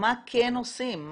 מה כן עושים,